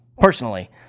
personally